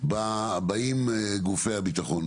באים גופי הביטחון,